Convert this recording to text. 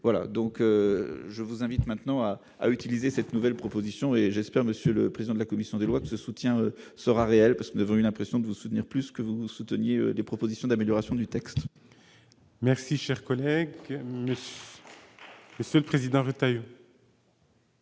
voilà donc je vous invite maintenant à à utiliser cette nouvelle proposition et j'espère, monsieur le président de la commission des lois que ce soutien sera réelle parce que devant une impression de vous souvenir plus que vous souteniez des propositions d'amélioration du texte. Merci, cher collègue Monsieur Président retailles.